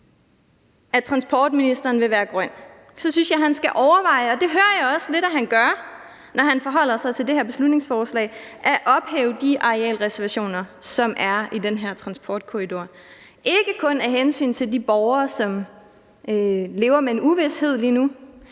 at transportministeren vil være grøn, synes jeg, at han skal overveje, og det hører jeg også lidt at han gør, når han forholder sig til det her beslutningsforslag, at ophæve de arealreservationer, som er i den her transportkorridor – ikke kun af hensyn til de borgere, som lever med en uvished lige nu,